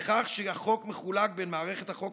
לכך שהחוק מחולק בין מערכת החוק